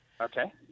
Okay